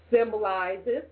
symbolizes